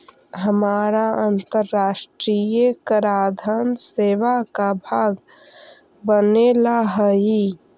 हमारा अन्तराष्ट्रिय कराधान सेवा का भाग बने ला हई